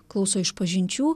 klauso išpažinčių